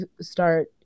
start